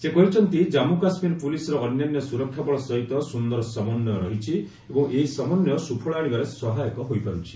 ସେ କହିଛନ୍ତି ଜମ୍ମୁ କାଶ୍ମୀର ପୁଲିସ୍ର ଅନ୍ୟାନ୍ୟ ସୁରକ୍ଷା ବଳ ସହିତ ସୁନ୍ଦର ସମନ୍ୱୟ ରହିଛି ଏବଂ ଏହି ସମନ୍ୱୟ ସୁଫଳ ଆଣିବାରେ ସହାୟକ ହୋଇପାରୁଛି